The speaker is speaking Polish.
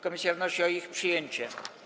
Komisja wnosi o ich przyjęcie.